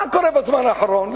מה קורה בזמן האחרון?